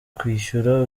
kwishyura